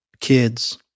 kids